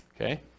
Okay